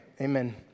Amen